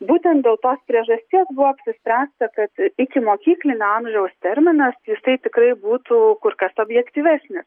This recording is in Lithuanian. būtent dėl to priežasties buvo apsispręsta kad ikimokyklinio amžiaus terminas jisai tikrai būtų kur kas objektyvesnis